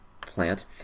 plant